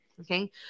Okay